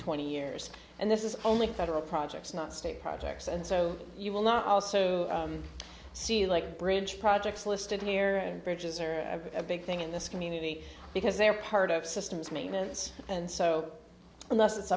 twenty years and this is only federal projects not state projects and so you will not also see like bridge projects listed here and bridges are a big thing in this community because they are part of systems maintenance and so unless it's